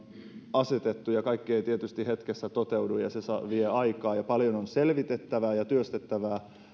asetettu kaikki eivät tietysti hetkessä toteudu vaan se vie aikaa paljon on selvitettävää ja työstettävää